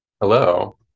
hello